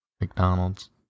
McDonald's